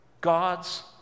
God's